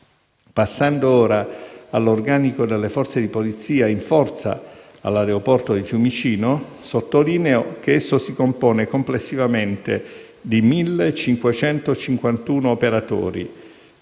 Passando ora all'organico delle forze di polizia in forza all'aeroporto di Fiumicino, sottolineo che esso si compone complessivamente di 1.551 operatori,